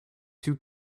two